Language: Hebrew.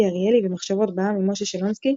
אריאלי ו"מחשבות בע"מ" עם משה שלונסקי,